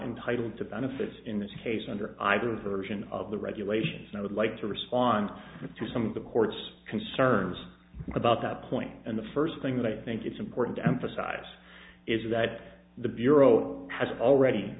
entitled to benefits in this case under either version of the regulations and i would like to respond to some of the court's concerns about that point and the first thing that i think it's important to emphasize is that the bureau has already